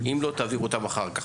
אם לא, תעבירו אותן אחר כך.